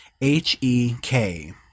H-E-K